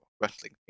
wrestling